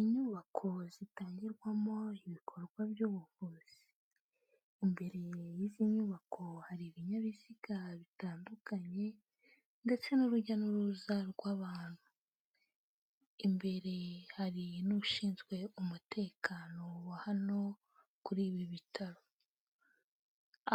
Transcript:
Inyubako zitangirwamo ibikorwa by'ubuvuzi. Imbere y'izi nyubako hari ibinyabiziga bitandukanye ndetse n'urujya n'uruza rw'abantu. Imbere hari n'ushinzwe umutekano wa hano kuri ibi bitaro.